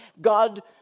God